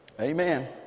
Amen